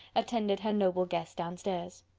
attended her noble guest downstairs.